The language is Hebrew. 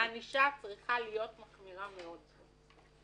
הענישה צריכה להיות מחמירה מאוד.